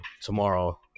tomorrow